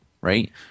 right